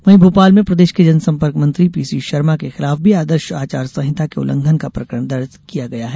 वहीं भोपाल में प्रदेश के जनसंपर्क मंत्री पीसी शर्मा के खिलाफ भी आदर्श आचार संहिता के उल्लंघन का प्रकरण दर्ज किया गया है